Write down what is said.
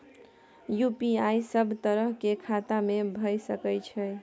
UPI सब तरह के खाता में भय सके छै?